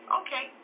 okay